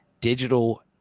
digital